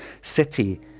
city